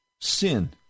sin